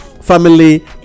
Family